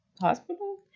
hospital